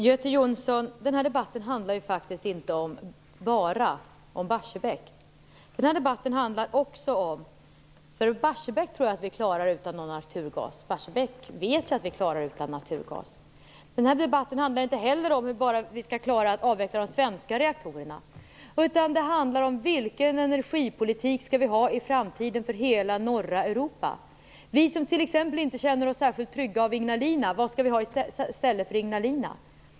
Herr talman! Den här debatten handlar faktiskt inte bara om Barsebäck, Göte Jonsson. Barsebäck klarar vi utan någon naturgas. Det handlar inte heller bara om hur vi skall klara att avveckla de svenska reaktorerna, utan det handlar om vilken energipolitik vi skall ha i framtiden för hela norra Europa. Vi som inte känner oss särskilt trygga med Ignalina - vad skall vi ha i stället för det kärnkraftverket?